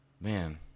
man